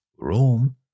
Rome